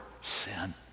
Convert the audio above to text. sin